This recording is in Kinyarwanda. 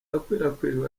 yakwirakwijwe